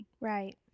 Right